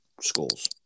schools